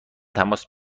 تماس